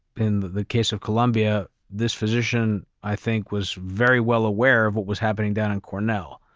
in the case of colombia, this physician i think was very well aware of what was happening down in cornell,